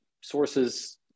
sources